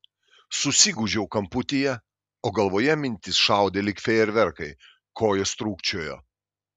susigūžiau kamputyje o galvoje mintys šaudė lyg fejerverkai kojos trūkčiojo